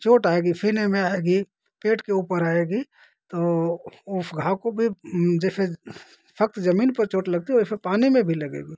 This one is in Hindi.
चोट आएगी सीने में आएगी पेट के ऊपर आएगी तो उस घाव को भी जैसे सख्त जमीन पर चोट लगती है वैसे पानी में भी लगेगी